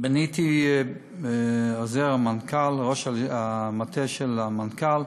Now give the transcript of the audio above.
פניתי לעוזר המנכ"ל, ראש המטה של המנכ"ל,